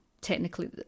technically